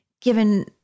given